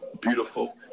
beautiful